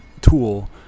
tool